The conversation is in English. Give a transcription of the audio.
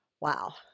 Wow